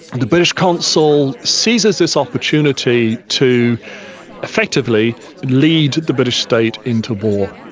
the british consul seizes this opportunity to effectively lead the british state into war.